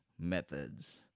methods